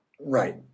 Right